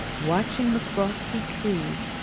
watching the frosty trees,